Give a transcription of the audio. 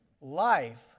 life